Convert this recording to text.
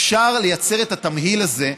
אפשר לייצר את התמהיל הזה,